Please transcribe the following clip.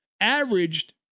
Averaged